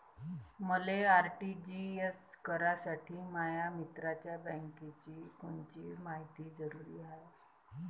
मले आर.टी.जी.एस करासाठी माया मित्राच्या बँकेची कोनची मायती जरुरी हाय?